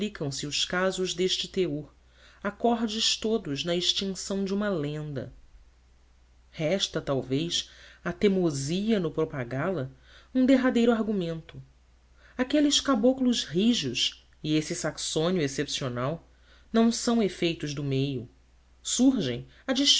multiplicam se os casos deste teor acordes todos na extinção de uma lenda resta talvez à teimosia no propagá la um derradeiro argumento aqueles caboclos rijos e esse saxônio excepcional não são efeitos do meio surgem